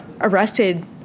arrested